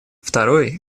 второй